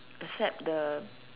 except the